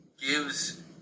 gives